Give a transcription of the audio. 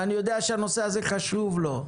ואני יודע שהנושא הזה חשוב לו,